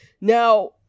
now